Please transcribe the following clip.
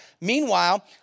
Meanwhile